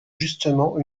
justement